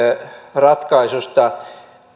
ratkaisusta